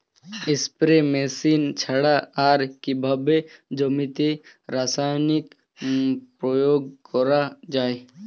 Spray machine ছাড়া আর কিভাবে জমিতে রাসায়নিক প্রয়োগ করা যায়?